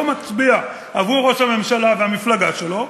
מצביע עבור ראש הממשלה והמפלגה שלו,